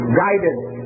guidance